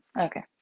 okay